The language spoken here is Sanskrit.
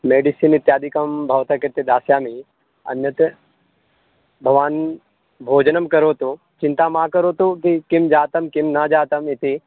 मेडिसिन् इत्यादिकं भवता कृते दास्यामि अन्यत् भवान् भोजनं करोतु चिन्ता मा करोतु किं किं जातं किं न जातम् इति